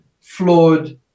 flawed